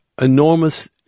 enormous